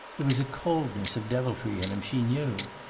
there was a coldness of deviltry in him, she knew.